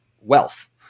wealth